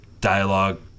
dialogue